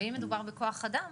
ואם מדובר בכוח אדם,